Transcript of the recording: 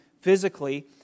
physically